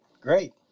great